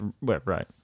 Right